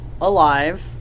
alive